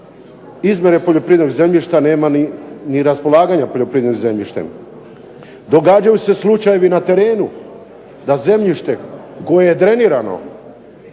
izmjere poljoprivrednog zemljišta nema ni raspolaganja poljoprivrednim zemljištem. Događaju se slučajevi na terenu da zemljište koje je drenirano,